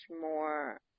more